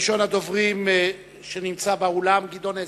ראשון הדוברים שנמצא באולם, חבר הכנסת גדעון עזרא,